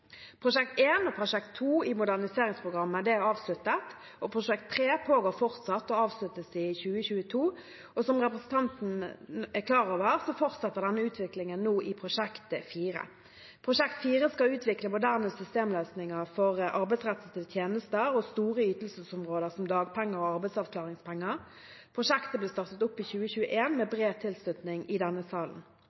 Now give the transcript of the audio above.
Prosjekt 1 og prosjekt 2 i moderniseringsprogrammet er avsluttet. Prosjekt 3 pågår fortsatt og avsluttes i 2022. Som representanten er klar over, fortsetter denne utviklingen nå i prosjekt 4. Prosjekt 4 skal utvikle moderne systemløsninger for arbeidsrettede tjenester og store ytelsesområder som dagpenger og arbeidsavklaringspenger. Prosjektet ble startet opp i 2021, med bred tilslutning i denne salen.